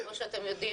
כמו שאתם יודעים,